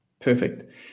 perfect